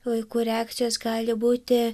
vaikų reakcijos gali būti